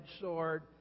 sword